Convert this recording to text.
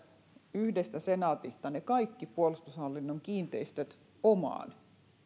yhdestä senaatista ne kaikki puolustushallinnon kiinteistöt omaan